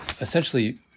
essentially